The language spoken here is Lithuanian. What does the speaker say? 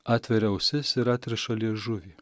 atveria ausis ir atriša liežuvį